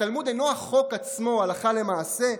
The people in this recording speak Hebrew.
התלמוד אינו החוק עצמו הלכה למעשה,